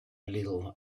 little